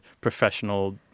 professional